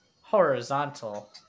horizontal